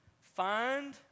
find